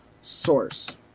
source